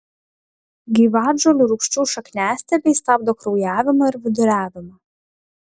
gyvatžolių rūgčių šakniastiebiai stabdo kraujavimą ir viduriavimą